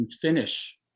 finish